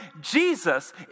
Jesus